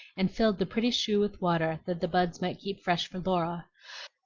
and filled the pretty shoe with water that the buds might keep fresh for laura.